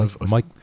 Mike